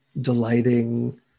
delighting